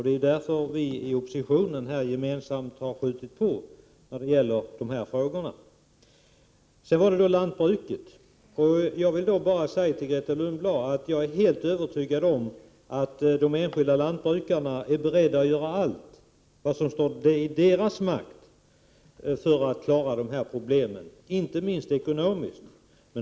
Det är ju därför som vi i oppösitionen gemensamt har skjutit på i dessa frågor. Vidare har vi lantbruket. Jag vill till Grethe Lundblad säga att jag är helt övertygad om att de enskilda lantbrukarna är beredda att göra allt som står i 101 deras makt för att klara ut dessa problem, inte minst ekonomiskt.